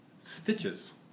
stitches